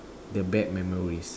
the bad memories